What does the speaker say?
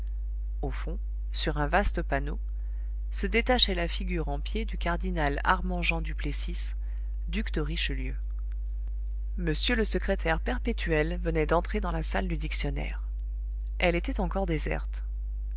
au fond sur un vaste panneau se détachait la figure en pied du cardinal armand jean du plessis duc de richelieu m le secrétaire perpétuel venait d'entrer dans la salle du dictionnaire elle était encore déserte